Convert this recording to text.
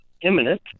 imminent